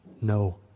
no